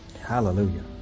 Hallelujah